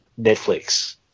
Netflix